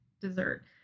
dessert